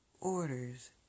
orders